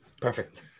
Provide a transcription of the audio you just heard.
Perfect